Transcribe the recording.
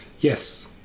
yes